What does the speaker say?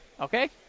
okay